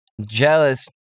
jealous